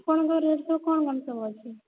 ଆପଣଙ୍କ ରେଟ୍ ସବୁ କ'ଣ କ'ଣ ସବୁ ଅଛି